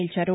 నిలిచారు